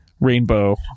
rainbow